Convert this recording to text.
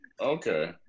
okay